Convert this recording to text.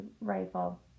rifle